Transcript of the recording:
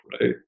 right